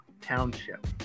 Township